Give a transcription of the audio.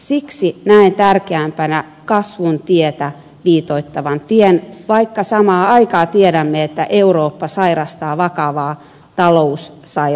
siksi näen tärkeämpänä kasvun tietä viitoittavan tien vaikka samaan aikaan tiedämme että eurooppa sairastaa vakavaa taloussairautta